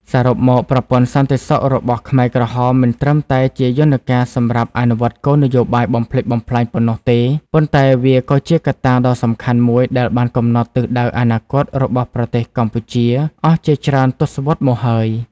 សរុបមក ប្រព័ន្ធសន្តិសុខរបស់ខ្មែរក្រហមមិនត្រឹមតែជាយន្តការសម្រាប់អនុវត្តគោលនយោបាយបំផ្លិចបំផ្លាញប៉ុណ្ណោះទេ ប៉ុន្តែវាក៏ជាកត្តាដ៏សំខាន់មួយដែលបានកំណត់ទិសដៅអនាគតរបស់ប្រទេសកម្ពុជាអស់ជាច្រើនទសវត្សរ៍មកហើយ។